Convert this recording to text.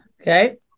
Okay